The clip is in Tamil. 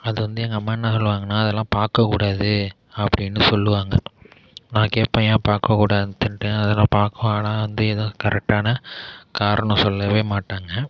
அதை வந்து எங்க அம்மா என்ன சொல்லுவாங்கன்னா அதெல்லாம் பார்க்கக்கூடாது அப்படினு சொல்லுவாங்க நான் கேட்பேன் ஏன் பார்க்கக்கூடாதுன்ட்டு அதெலாம் பார்க்கவேணாம் அதேதான் கரெக்ட்டான காரணம் சொல்லவே மாட்டாங்க